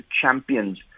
champions